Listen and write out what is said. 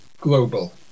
global